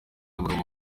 abagabo